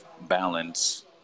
Balance